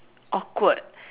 awkward